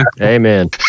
Amen